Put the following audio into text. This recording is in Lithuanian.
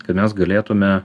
kad mes galėtume